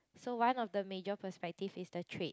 so one of the major perspective is the trait